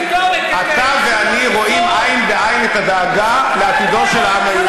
אתה ואני רואים עין בעין את הדאגה לעתידו של העם היהודי,